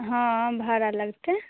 हँ भाड़ा लगतै